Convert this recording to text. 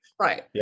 right